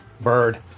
Bird